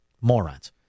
morons